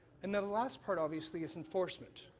and the last part obviously is enforcement,